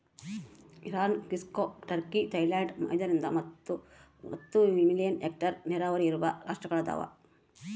Iran ಕ್ಸಿಕೊ Turkey Thailand ಐದರಿಂದ ಹತ್ತು ಮಿಲಿಯನ್ ಹೆಕ್ಟೇರ್ ನೀರಾವರಿ ಇರುವ ರಾಷ್ಟ್ರಗಳದವ